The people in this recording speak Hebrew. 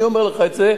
אני אומר לך את זה,